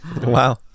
Wow